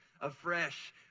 Afresh